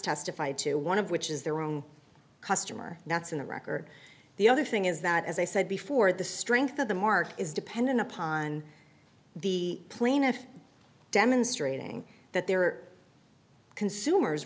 testify to one of which is their own customer that's in the record the other thing is that as i said before the strength of the market is dependent upon the plaintiff demonstrating that there are consumers